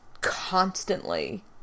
constantly